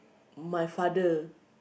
my father